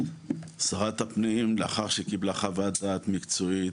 שרת הפנים, לאחר שהיא קיבלה חוות דעת מקצועית,